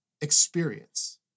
experience